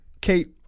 Kate